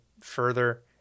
further